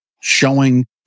showing